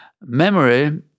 memory